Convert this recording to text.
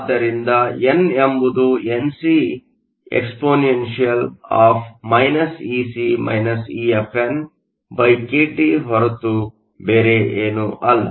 ಆದ್ದರಿಂದಎನ್ ಎಂಬುದು Nc expkT ಹೊರತು ಬೇರೇನೂ ಅಲ್ಲ